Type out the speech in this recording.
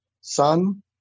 Son